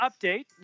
update